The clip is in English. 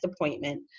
appointment